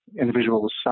individuals